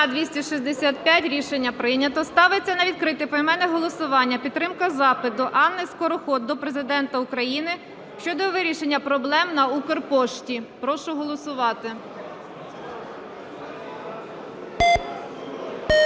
За-265 Рішення прийнято. Ставиться на відкрите поіменне голосування підтримка запиту Анни Скороход до Президента України щодо вирішення проблем на Укрпошті. Прошу голосувати.